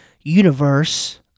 universe